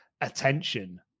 attention